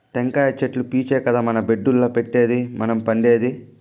టెంకాయ చెట్లు పీచే కదా మన బెడ్డుల్ల పెట్టేది మనం పండేది